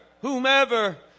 whomever